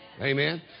Amen